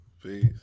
Please